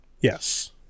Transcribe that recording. Yes